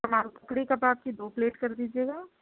کمال ککڑی کباب کی دو پلیٹ کر دیجیے گا